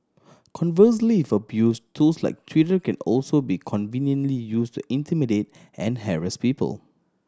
conversely if abused tools like Twitter can also be conveniently used to intimidate and harass people